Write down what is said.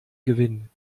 gewinn